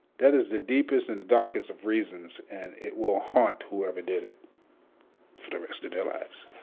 that is the deepest and the darkest of reasons, and it will haunt whoever did it for the rest of their lives.